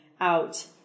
out